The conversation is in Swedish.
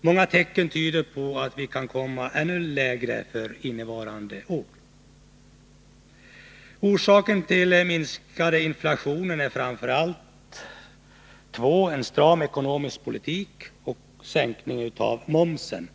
Många tecken tyder på att vi kan komma ännu lägre innevarande år. Orsakerna till den minskade inflationen är framför allt två: en stram ekonomisk politik och sänkningen av momsen.